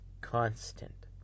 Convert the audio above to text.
constant